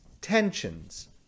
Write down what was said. tensions